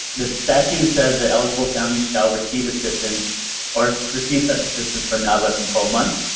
the statute says that eligible families shall receive assistance or receive such assistance for not less than twelve months.